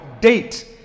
date